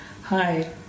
Hi